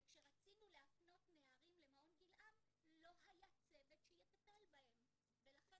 וכשרצינו להפנות נערים למעון 'גילעם' לא היה צוות שיטפל בהם ולכן